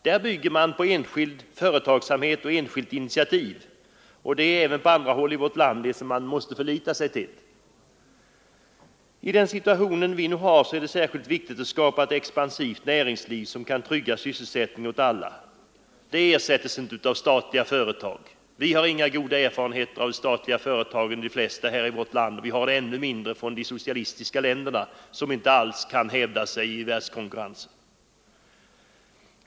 Där bygger man på enskild företagsamhet och enskilt initiativ, något som vi måste förlita oss till även på andra håll i vårt land. I den nuvarande situationen är det särskilt viktigt att skapa ett expansivt näringsliv, som kan trygga sysselsättningen åt alla. Det ersätts inte av statliga företag. Vi har inga goda erfarenheter av statliga företag i detta land och ännu mindre i de socialistiska länderna, som inte alls kan hävda sig i världskonkurrensen.